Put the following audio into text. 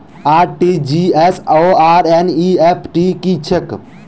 RTGS आओर NEFT की छैक?